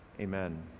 Amen